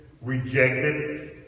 rejected